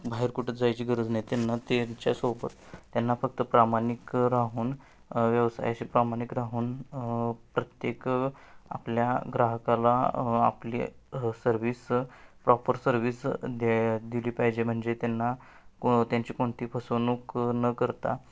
बाहेर कुठं जायची गरज नाही त्यांना त्यांच्यासोबत त्यांना फक्त प्रामाणिक राहून व्यवसायाशी प्रामाणिक राहून प्रत्येक आपल्या ग्राहकाला आपली सर्विस प्रॉपर सर्विस देये दिली पाहिजे म्हणजे त्यांना को त्यांची कोणती फसवणूक न करता